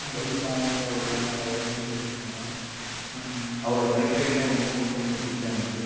நான் பைக் வாங்கினதே அவர் தான் அவர் தான் இன்ஸ்ப்ரேஷன் எனக்கெல்லாம் அவரோட பைக் ரைடிங்க்லாம் எனக்கு ரொம்ப ரொம்ப ரொம்ப பிடிக்கும் எனக்கு